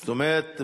זאת אומרת,